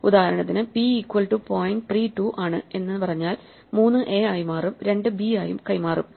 ഉദാഹരണത്തിന് p equal to point 3 2 ആണ് എന്ന് പറഞ്ഞാൽ 3 a ആയി കൈമാറും 2 b ആയി കൈമാറും